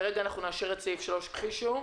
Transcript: כרגע אנחנו נאשר את סעיף 3 כפי שהוא.